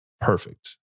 perfect